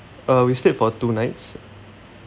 uh we stayed for two nights